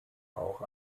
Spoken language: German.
auch